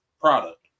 product